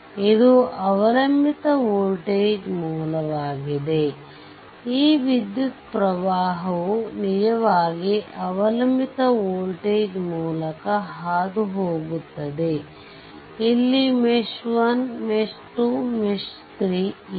ಇದು ಅವಲಂಬಿತ ವೋಲ್ಟೇಜ್ ಮೂಲವಾಗಿದೆ ಈ ವಿದ್ಯುತ್ ಪ್ರವಾಹವು ನಿಜವಾಗಿ ಅವಲಂಬಿತ ವೋಲ್ಟೇಜ್ ಮೂಲಕ ಹಾದು ಹೋಗುತ್ತದೆ ಇಲ್ಲಿ ಮೆಶ್ 1ಮೆಶ್ 2 ಮೆಶ್ 3 ಇವೆ